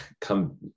come